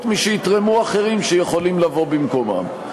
משיתרמו אחרים שיכולים לבוא במקומם.